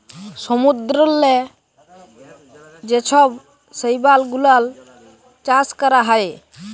সমুদ্দূরেল্লে যে ছব শৈবাল গুলাল চাষ ক্যরা হ্যয়